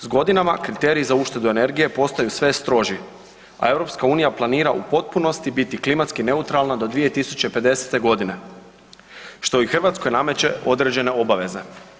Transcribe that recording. S godinama kriteriji za uštedu energije postaju sve stroži, a EU planira u potpunosti biti klimatski neutralna do 2050.-te godine što i Hrvatskoj nameće određene obaveze.